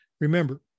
Remember